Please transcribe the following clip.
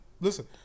Listen